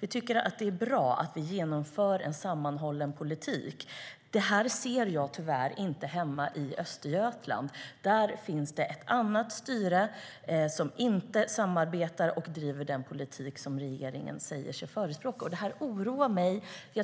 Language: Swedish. Vi tycker att det är bra att vi genomför en sammanhållen politik, men det ser jag tyvärr inte hemma i Östergötland. Där finns det ett annat styre, som inte samarbetar och driver den politik som regeringen säger sig förespråka. Detta oroar